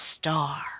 Star